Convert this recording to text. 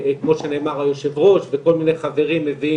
כמו שנאמר היושב ראש וכל מיני חברים מביאים,